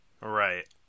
Right